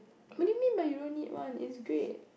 what do you mean by you don't need one it's great